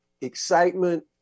excitement